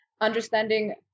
understanding